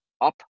up